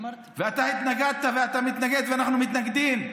ואתה התנגדת ואתה מתנגד ואנחנו מתנגדים.